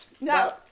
No